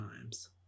times